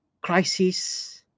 crisis